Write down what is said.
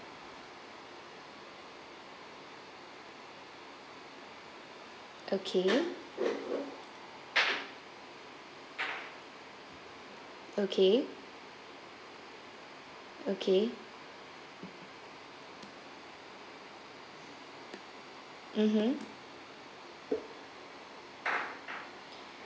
okay okay okay mmhmm